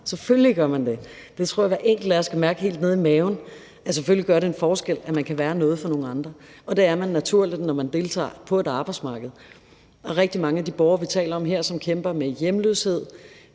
Selvfølgelig gør det en forskel, at man kan være noget for nogle andre, og det er man naturligt, når man deltager på et arbejdsmarked. Der er rigtig mange af de borgere, som vi taler om her, som kæmper med hjemløshed,